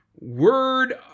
word